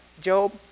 Job